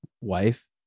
wife